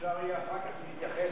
אפשר יהיה אחר כך להתייחס